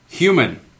human